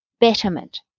betterment